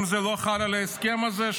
אם זה לא חל על ההסכם הזה,